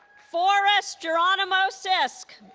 forest geronimo sisk